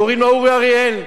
קוראים לו אורי אריאל,